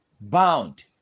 bound